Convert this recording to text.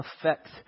affects